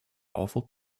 powerful